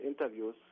interviews